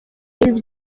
y’ibi